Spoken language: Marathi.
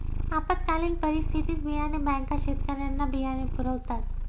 आपत्कालीन परिस्थितीत बियाणे बँका शेतकऱ्यांना बियाणे पुरवतात